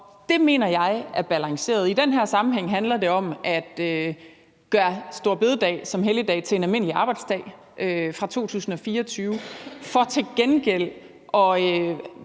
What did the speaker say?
Det mener jeg er balanceret. I den her sammenhæng handler det om at gøre store bededag som helligdag til en almindelig arbejdsdag fra 2024 for til gengæld at